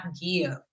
give